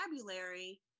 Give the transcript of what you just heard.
vocabulary